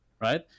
right